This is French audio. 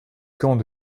camp